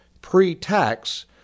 pre-tax